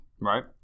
Right